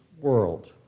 world